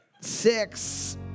six